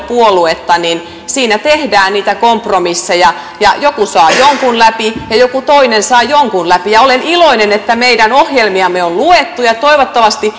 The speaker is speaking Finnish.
puoluetta tehdään niitä kompromisseja ja joku saa jonkun läpi ja joku toinen saa jonkun läpi ja olen iloinen että meidän ohjelmiamme on luettu ja toivottavasti